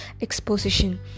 exposition